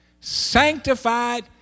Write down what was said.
sanctified